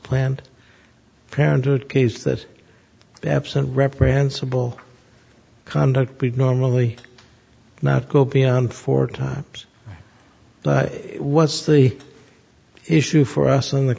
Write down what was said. planned parenthood case that absent reprehensible conduct would normally not go beyond four times but what's the issue for us on the